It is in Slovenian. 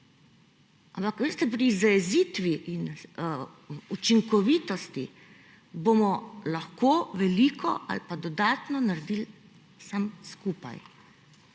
Ampak, veste, pri zajezitvi in učinkovitosti bomo lahko veliko ali dodatno naredili samo skupaj.